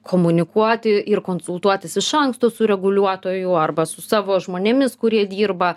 komunikuoti ir konsultuotis iš anksto su reguliuotoju arba su savo žmonėmis kurie dirba